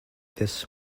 this